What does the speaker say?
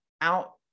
out